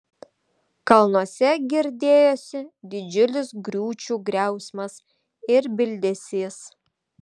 kalnuose girdėjosi didžiulis griūčių griausmas ir bildesys